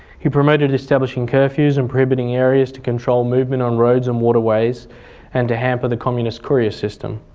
he promoted establishing curfews and prohibiting areas to control movement on roads and waterways and to hamper the communist courier system,